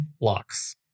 Locks